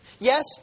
yes